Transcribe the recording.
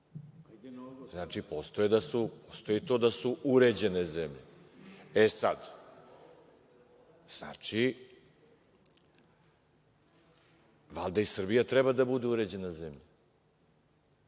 Znači stoji da su to uređene zemlje. E, sad, znači valjda i Srbija treba da bude uređena zemlja.